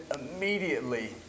immediately